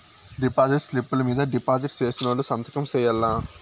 deposit స్లిప్పులు మీద deposit సేసినోళ్లు సంతకం సేయాల్ల